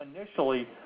initially